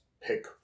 pick